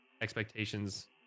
expectations